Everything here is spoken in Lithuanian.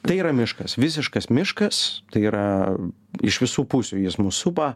tai yra miškas visiškas miškas tai yra iš visų pusių jis mus supa